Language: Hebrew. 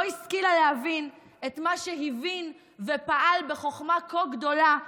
השכילה להבין את מה שהבין ופעל בחוכמה כה גדולה קודמה.